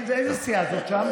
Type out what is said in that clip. איזו סיעה זאת שם,